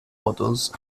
models